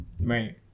right